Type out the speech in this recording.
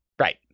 right